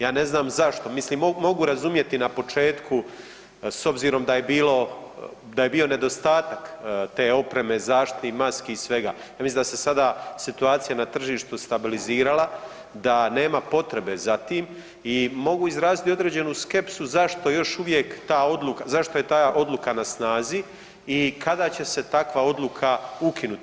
Ja ne znam zašto, mislim mogu razumjeti na početku s obzirom da je bilo, da je bio nedostatak te opreme zaštitnih maski i svega ja mislim da se sada situacija na tržištu stabilizirala, da nema potrebe za tim i mogu izraziti određenu skepsu zašto još uvijek ta odluka, zašto je ta odluka na snazi i kada će se takva odluka ukinuti?